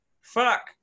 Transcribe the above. Fuck